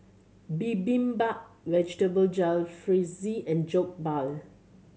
Bibimbap Vegetable Jalfrezi and Jokbal